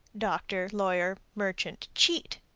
doctor, lawyer, merchant, cheat.